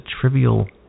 trivial